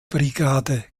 brigade